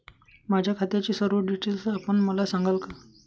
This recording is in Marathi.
माझ्या खात्याचे सर्व डिटेल्स आपण मला सांगाल का?